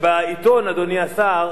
אדוני השר,